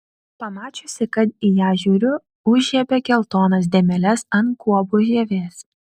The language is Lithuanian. pamačiusi kad į ją žiūriu užžiebė geltonas dėmeles ant guobų žievės